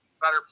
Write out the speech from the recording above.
better